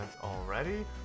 already